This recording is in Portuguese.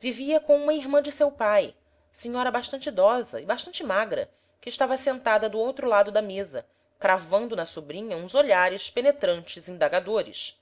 vivia com uma irmã de seu pai senhora bastante idosa e bastante magra que estava sentada do outro lado da mesa cravando na sobrinha uns olhares penetrantes indagadores os